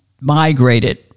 migrated